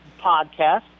podcast